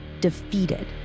defeated